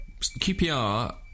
QPR